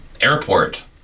airport